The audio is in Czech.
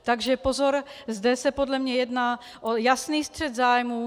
Takže pozor zde se podle mě jedná o jasný střet zájmů.